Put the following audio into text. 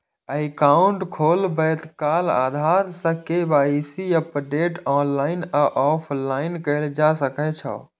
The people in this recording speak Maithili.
एकाउंट खोलबैत काल आधार सं के.वाई.सी अपडेट ऑनलाइन आ ऑफलाइन कैल जा सकै छै